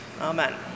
Amen